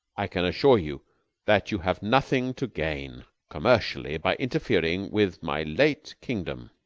i can assure you that you have nothing to gain commercially by interfering with my late kingdom.